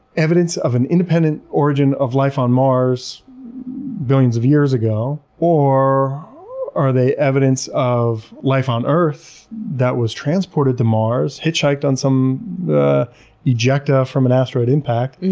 evidence of an independent origin of life on mars billions of years ago? or are they evidence of life on earth that was transported to mars, hitchhiked on some ejecta from an asteroid impact,